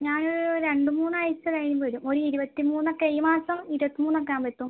ഞാനൊരു രണ്ടുമൂന്ന് ആഴ്ച കഴിയുമ്പോൾ വരും ഒരു ഇരുപത്തി മൂന്നൊക്കെ ഈ മാസം ഇരുപത്തി മൂന്നൊക്കെ ആകുമ്പോൾ എത്തും